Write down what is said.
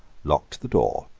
locked the door,